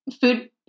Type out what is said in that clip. Food